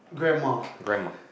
grandma